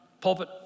Pulpit